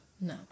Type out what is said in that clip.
No